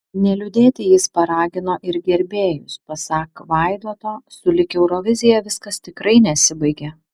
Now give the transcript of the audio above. neliūdėti jis paragino ir gerbėjus pasak vaidoto sulig eurovizija viskas tikrai nesibaigia